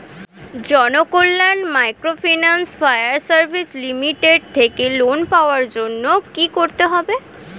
Janakalyan microfinance fire service limited থেকে loan পাওয়ার জন্য কি করতে হবে?